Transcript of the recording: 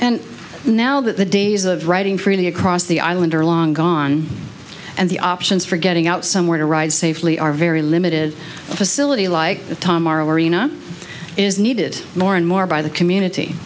and now that the days of writing freely across the island are long gone and the options for getting out somewhere to ride safely are very limited facility like tom r or ina is needed more and more by the community